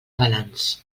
balanç